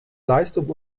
leistung